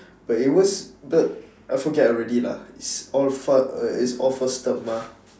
but it was but I forget already lah it's all fa~ it's all first term mah